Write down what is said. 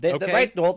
Right